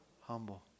humble